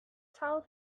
tell